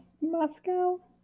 moscow